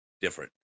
different